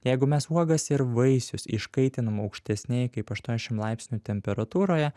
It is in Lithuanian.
jeigu mes uogas ir vaisius iškaitinam aukštesnėj kaip aštuoniasdešim laipsnių temperatūroje